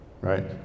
right